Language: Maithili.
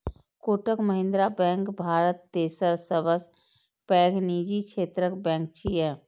कोटक महिंद्रा बैंक भारत तेसर सबसं पैघ निजी क्षेत्रक बैंक छियै